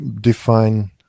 define